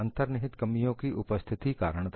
अंतर्निहित कमियों की उपस्थिति कारण था